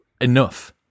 enough